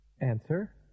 Answer